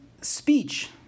speech